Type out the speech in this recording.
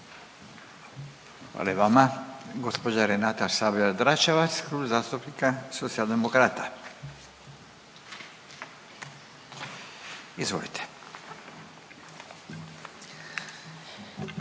Hvala i vama. Gospođa Renata Sabljar-Dračevac, Klub zastupnika Socijaldemokrata. Izvolite.